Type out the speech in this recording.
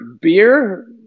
beer